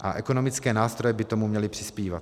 A ekonomické nástroje by tomu měly přispívat.